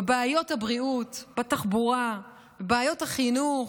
בבעיות הבריאות, בתחבורה, בבעיות החינוך.